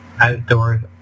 outdoors